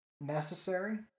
necessary